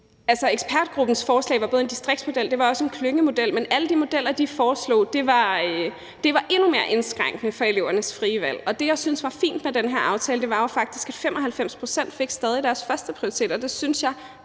Ekspertgruppens forslag var både en distriktsmodel og også en klyngemodel, men alle de modeller, de foreslog, var endnu mere indskrænkende for elevernes frie valg, og det, jeg syntes var fint med den her aftale, var jo, at 95 pct. faktisk stadig fik deres førsteprioritet opfyldt. Jeg